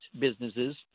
businesses